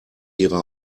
ihre